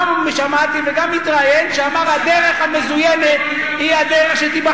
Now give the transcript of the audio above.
גם אני שמעתי וגם הוא התראיין שהדרך המזוינת היא הדרך שתיבחר,